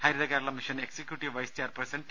Harithakeralam mission executive vice chairperson T